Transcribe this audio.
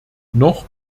noch